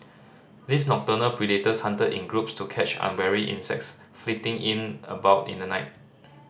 these nocturnal predators hunted in groups to catch unwary insects flitting in about in the night